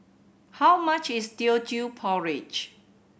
how much is Teochew Porridge